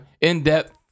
in-depth